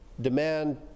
demand